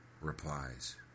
replies